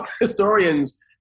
historians